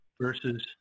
versus